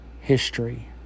history